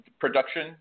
production